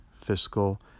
fiscal